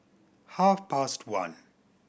half past one